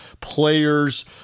players